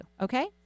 Okay